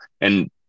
and-